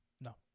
No